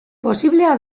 posiblea